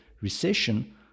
recession